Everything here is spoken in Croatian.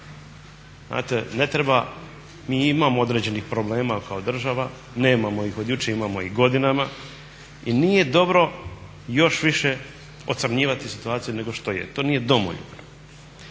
Znate ne treba, mi imamo određenih problema kao država, nemamo ih od jučer, imamo ih godinama, i nije dobro još više ocrnjivati situaciju nego što je. To nije domoljubno.